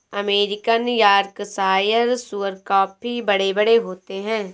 American Yorkshire सूअर काफी बड़े बड़े होते हैं